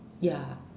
ya